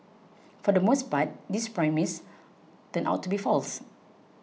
for the most part this premise turned out to be false